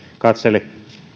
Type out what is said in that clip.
katselin